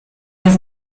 jest